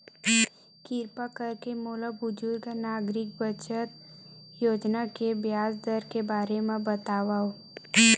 किरपा करके मोला बुजुर्ग नागरिक बचत योजना के ब्याज दर के बारे मा बतावव